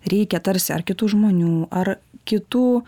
reikia tarsi ar kitų žmonių ar kitų